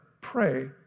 Pray